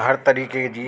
हर तरीक़े जी